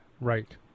Right